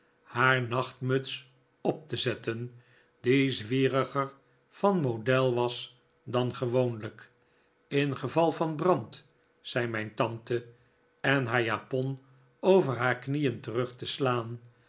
haar nachtmuts op te zetten die zwieriger van model was dan gewoonlijk ingeval van brand zei mijn tante en haar japon over haar knieen terug te slaan